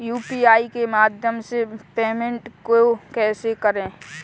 UPI के माध्यम से पेमेंट को कैसे करें?